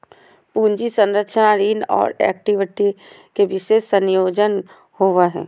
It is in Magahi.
पूंजी संरचना ऋण और इक्विटी के विशेष संयोजन होवो हइ